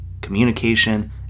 communication